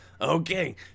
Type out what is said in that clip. Okay